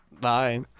Bye